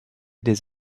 des